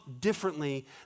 differently